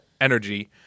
energy